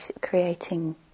creating